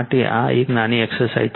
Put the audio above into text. માટે આ એક નાની એક્સરસાઇઝ છે